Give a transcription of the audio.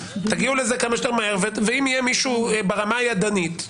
תגיעו לזה כמה שיותר מהר ואם יהיה מישהו ברמה הידנית,